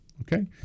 Okay